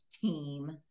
team